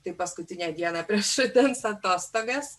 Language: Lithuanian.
tai paskutinę dieną prieš rudens atostogas